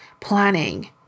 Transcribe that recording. planning